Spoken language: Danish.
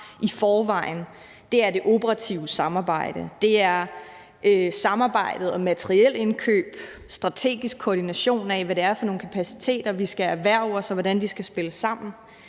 i forvejen: Det er det operative samarbejde; det er samarbejdet om materielindkøb; strategisk koordination af, hvad det er for nogle kapaciteter, vi skal erhverve os, og hvordan de skal spille sammen;